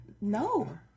No